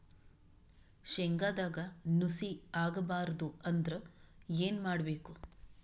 ಶೇಂಗದಾಗ ನುಸಿ ಆಗಬಾರದು ಅಂದ್ರ ಏನು ಮಾಡಬೇಕು?